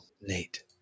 Nate